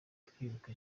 twubaka